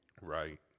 Right